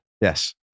Yes